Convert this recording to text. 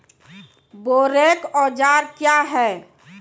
बोरेक औजार क्या हैं?